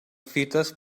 fites